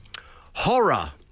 Horror